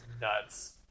nuts